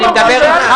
לא ברור לך